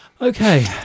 Okay